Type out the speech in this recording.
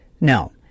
No